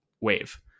wave